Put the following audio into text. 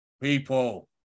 People